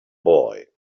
boy